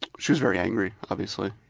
she was very angry, obviously.